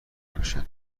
میشن